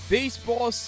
Baseball